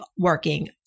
working